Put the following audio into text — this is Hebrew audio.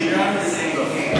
העניין יסודר.